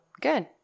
Good